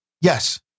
Yes